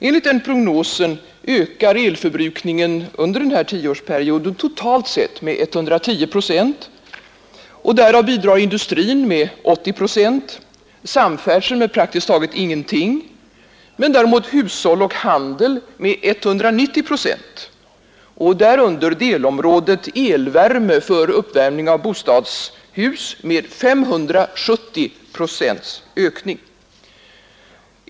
Enligt den prognosen ökar elförbrukningen under denna tioårsperiod totalt sett med 110 procent. Därav bidrar industrin med 80 procent och samfärdseln med praktiskt taget ingenting men däremot hushåll och handel med 190 procent. Därunder kommer delområdet elvärme för uppvärmning av bostadshus med 570 procents ökning.